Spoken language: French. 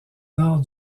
nord